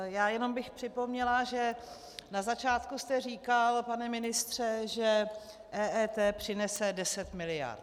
Já bych jenom připomněla, že na začátku jste říkal, pane ministře, že EET přinese 10 miliard.